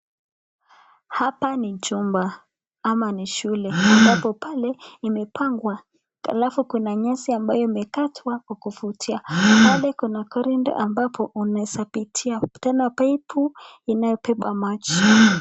Hapa ni chumba ,ama ni shule ambapo pale imepangwa, alafu kuna nyasi imekatwa kukuvutia. Pale kuna corridor ambapo unaweza pitia tena pipe inayobeba maji.